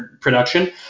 production